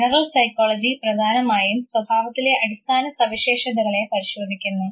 general psychology പ്രധാനമായും സ്വഭാവത്തിലെ അടിസ്ഥാന സവിശേഷതകളെ പരിശോധിക്കുന്നു